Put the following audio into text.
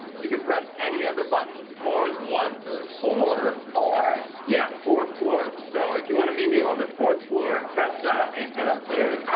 you can press any of the buttons. floors one through four. four? yeah, four floors. so if you wanna meet me on the fourth floor, press that and head upstairs.